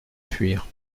fuir